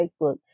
Facebook